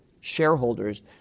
shareholders